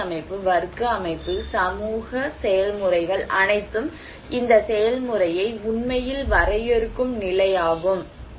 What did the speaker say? சாதி அமைப்பு வர்க்க அமைப்பு சமூக செயல்முறைகள் அனைத்தும் இந்த செயல்முறையை உண்மையில் வரையறுக்கும் நிலை ஆகும்